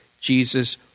Jesus